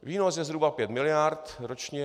Výnos je zhruba 5 miliard ročně.